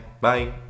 Bye